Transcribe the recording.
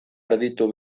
erditu